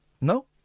No